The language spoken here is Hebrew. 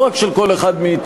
לא רק של כל אחד מאתנו,